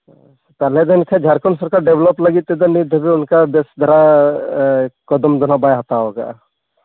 ᱛᱟᱦᱚᱞᱮ ᱫᱚ ᱮᱱᱠᱷᱟᱱ ᱡᱷᱟᱲᱠᱷᱚᱸᱰ ᱥᱚᱨᱠᱟᱨ ᱰᱮᱵᱷᱞᱚᱯ ᱞᱟᱹᱜᱤᱫ ᱛᱮᱫᱚ ᱱᱤᱛ ᱫᱷᱟᱹᱵᱤᱡ ᱚᱱᱠᱟ ᱵᱮᱥ ᱫᱷᱟᱨᱟ ᱠᱚᱫᱚᱢ ᱫᱚ ᱱᱟᱦᱟᱸᱜ ᱵᱟᱭ ᱦᱟᱛᱟᱣ ᱟᱠᱟᱫᱼᱟ